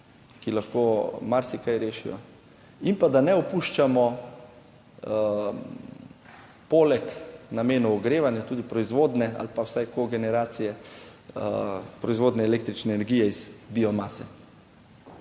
ki lahko marsikaj rešijo. In pa, da ne opuščamo poleg namenov ogrevanja tudi proizvodnje ali pa vsaj, ko generacije proizvodnje električne energije iz biomase.